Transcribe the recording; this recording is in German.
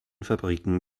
fabriken